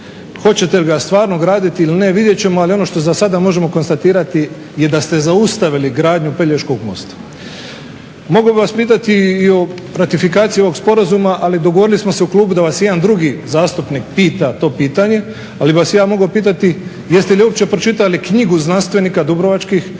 Hoćete ga stvarno gradit ili ne vidjet ćemo, ali ono što za sada možemo konstatirati je da ste zaustavili gradnju Pelješkog mosta. Mogao bih vas pitati i o ratifikaciji ovog sporazuma, ali dogovorili smo se u klubu da vas jedan drugi zastupnik pita to pitanje, ali bih vas ja mogao pitati jeste li uopće pročitali knjigu znanstvenika dubrovačkih koji